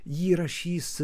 jį rašys